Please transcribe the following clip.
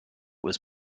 was